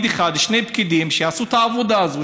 אחד או שני פקידים שיעשו את העבודה הזאת,